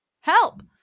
Help